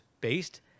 based